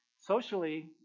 socially